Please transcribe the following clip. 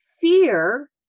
fear